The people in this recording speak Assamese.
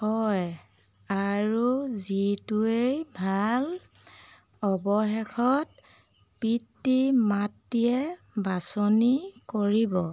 হয় আৰু যিটোৱেই ভাল অৱশেষত পিতৃ মাতৃয়ে বাছনি কৰিব